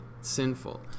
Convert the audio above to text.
sinful